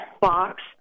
box